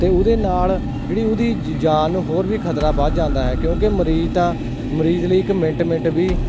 ਅਤੇ ਉਹਦੇ ਨਾਲ ਜਿਹੜੀ ਉਹਦੀ ਜਾਨ ਨੂੰ ਹੋਰ ਵੀ ਖਤਰਾ ਵੱਧ ਜਾਂਦਾ ਹੈ ਕਿਉਂਕਿ ਮਰੀਜ਼ ਤਾਂ ਮਰੀਜ਼ ਲਈ ਇੱਕ ਮਿੰਟ ਮਿੰਟ ਵੀ